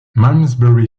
malmesbury